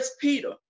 Peter